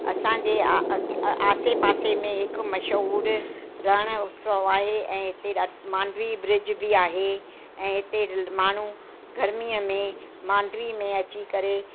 असांजे अॻ आसे पासे में हिकु मशहूरु रण उत्सव आहे ऐं हिते मांडवी ब्रिज बि आहे ऐं हिते माण्हू गर्मीअ में मांडवी में अची करे